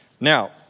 Now